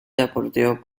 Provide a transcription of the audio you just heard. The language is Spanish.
deportivo